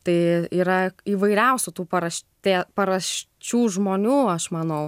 tai yra įvairiausių tų paraštė paraščių žmonių aš manau